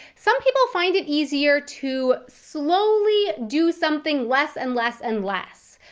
some people find it easier to slowly do something less and less and less.